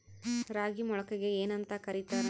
ರಾಗಿ ಮೊಳಕೆಗೆ ಏನ್ಯಾಂತ ಕರಿತಾರ?